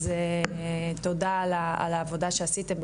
אז תודה על העבודה שעשיתם,